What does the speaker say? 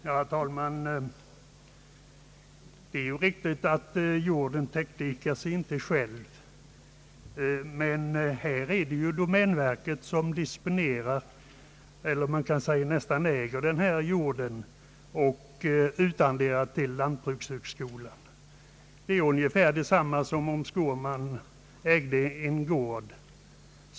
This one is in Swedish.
Herr talman! Det är riktigt att jorden inte täckdikar sig själv. Men här är det ju domänverket som förvaltar denna jord och som sedan utarrenderat den till lantbrukshögskolan. Det är ungefär detsamma som om herr Skårman ägde en gård.